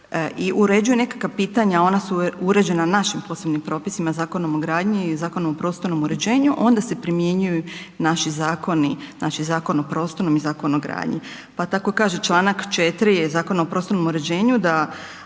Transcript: i uređuju nekakva pitanja ona su uređena našim posebnim propisima, Zakonom gradnji i Zakonom o prostornom uređenju onda se primjenjuju naši zakoni, znači Zakon o prostornom i Zakon o gradnji. Pa tako kaže Članak 4. Zakona o prostornom uređenju, da